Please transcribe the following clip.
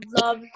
love